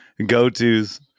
go-tos